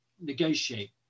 negotiate